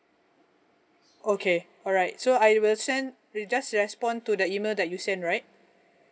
okay alright so I will send will just respond to the email that you send right